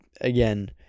again